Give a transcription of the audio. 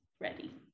ready